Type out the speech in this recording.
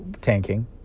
tanking